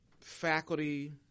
faculty